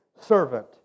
servant